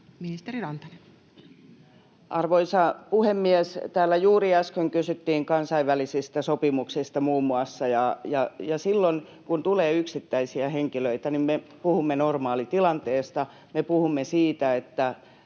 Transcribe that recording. Content: Arvoisa puhemies! Täällä juuri äsken kysyttiin muun muassa kansainvälisistä sopimuksista, ja silloin kun tulee yksittäisiä henkilöitä, niin me puhumme normaalitilanteesta — me puhumme siitä, että